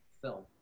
film